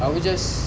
aku just